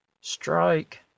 strike